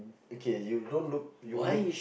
okay you don't look you look